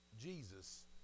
Jesus